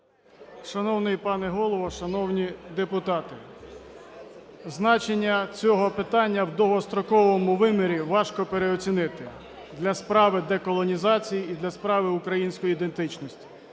Шановний пане Голово! Шановні депутати! Значення цього питання в довгостроковому вимірі важко переоцінити, для справи деколонізації і для справи української ідентичності.